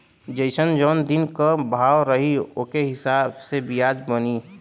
जइसन जौन दिन क भाव रही ओके हिसाब से बियाज बनी